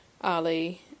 Ali